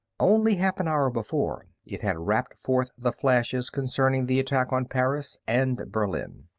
only half an hour before it had rapped forth the flashes concerning the attack on paris and berlin.